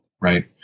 Right